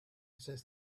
says